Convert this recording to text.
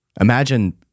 Imagine